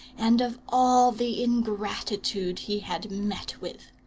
and of all the ingratitude he had met with.